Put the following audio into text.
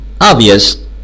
Obvious